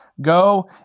Go